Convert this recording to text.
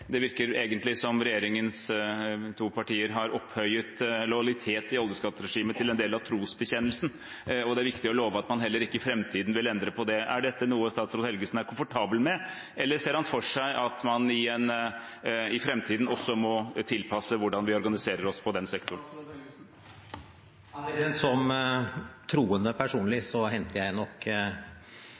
Det virker egentlig som at regjeringens to partier har opphøyet lojalitet til oljeskatteregimet til en del av trosbekjennelsen, og at det er viktig å love at man heller ikke i framtiden vil endre på det. Er dette noe statsråd Helgesen er komfortabel med, eller ser han for seg at man i framtiden også må tilpasse hvordan vi organiserer oss i den sektoren? Som personlig troende forbeholder jeg nok trosbekjennelsen til helt andre sektorer og dimensjoner enn olje- og gassnæringen. Men jeg